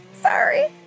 sorry